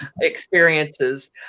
experiences